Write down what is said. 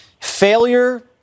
Failure